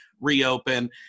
reopen